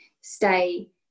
stay